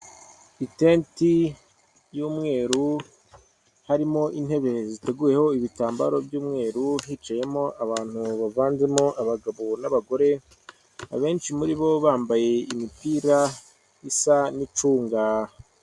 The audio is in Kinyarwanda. Itenti y'umweru harimo intebe ziteguyeweho ibitambaro by'umweru, hicayemo abantu bavanzemo abagabo n'abagore, abenshi muri bo bambaye imipira isa n'icunga.